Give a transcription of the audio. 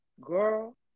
Girl